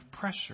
pressure